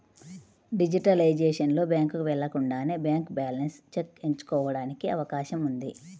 digitalisation లో, బ్యాంకుకు వెళ్లకుండానే బ్యాంక్ బ్యాలెన్స్ చెక్ ఎంచుకోవడానికి అవకాశం ఉంది